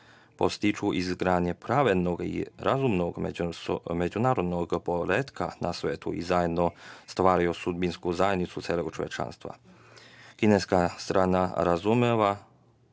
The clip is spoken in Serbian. podstiču izgradnju pravedno i ravnopravnog međunarodnog poretka na svetu i zajedno stvaraju sudbinsku zajednicu celog čovečanstva. Kineska strana razume